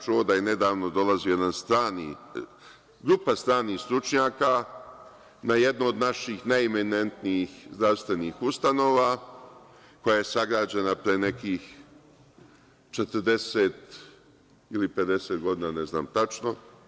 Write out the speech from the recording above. Čuo sam da je nedavno dolazila grupa stranih stručnjaka na jednu od naših najeminentnijih zdravstvenih ustanova koja je sagrađena pre nekih 40 ili 50 godina, ne znam tačno.